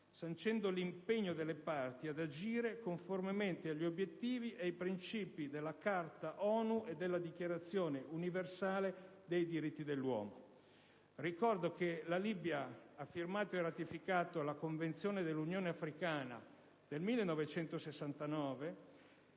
sancendo l'impegno delle parti ad agire conformemente agli obiettivi ed ai princìpi della Carta ONU e della Dichiarazione universale dei diritti dell'uomo. Ricordo che la Libia ha firmato e ratificato la Convenzione dell'Unione Africana del 1969.